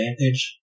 advantage